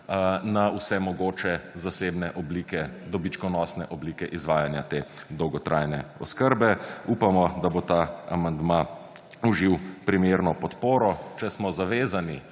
na vse mogoče oblike zasebne oblike, dobičkonosne oblike, izvajanja te dolgotrajne oskrbe. Upamo, da bo ta amandma užil primerno podporo. Če smo zavezani